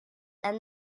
and